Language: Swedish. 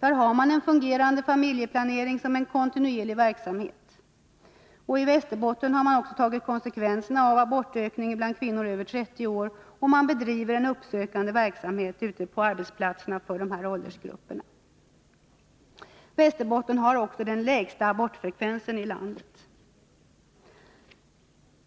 Där har man en fungerande familjeplanering som en kontinuerlig verksamhet. I Västerbotten har man också tagit konsekvenserna av abortökningen bland kvinnor över 30 år, och man bedriver en uppsökande verksamhet ute på arbetsplatserna för dessa åldersgrupper. Västerbotten har också den lägsta abortfrekvensen i landet.